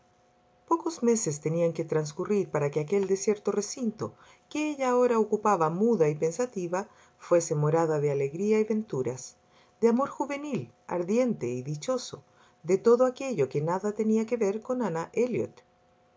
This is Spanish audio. pocos meses tenían que transcurrir para que aquel desierto recinto que ella ahora ocupaba muda y pensativa fuese morada de alegría y venturas de amor juvenil ardiente y dichoso de todo aquello que nada tenía que ver con ana